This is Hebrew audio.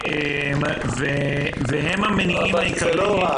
והם המניעים העיקריים.